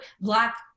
black